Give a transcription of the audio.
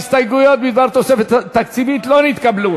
ההסתייגויות בדבר תוספת תקציבית לא נתקבלו.